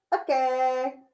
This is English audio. okay